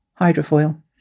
hydrofoil